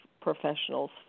professionals